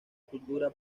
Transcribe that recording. cultura